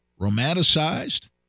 romanticized